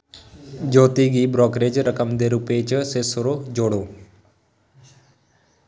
ज्योती गी ब्रोकरेज रकम दे रूपै च छे सौ जोड़ो